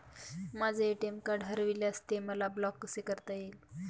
माझे ATM card हरविल्यास ते मला ब्लॉक कसे करता येईल?